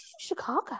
Chicago